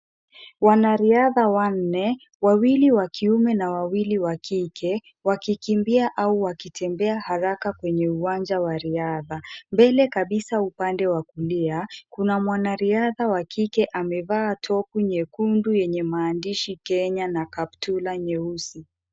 Wanariadha wanne wawili wa kiume na wawili wa kike wakikimbia au wakitembea haraka kwenye uwanja wa riadha. Mbele kabisa kwenye upande wa kulia kuna mwanariadha wa kike amevaa topu nyekundu yenye maandishi Kenya na kaptula nyeusi.